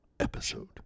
episode